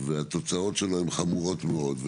והתוצאות שלו הן חמורות מאוד.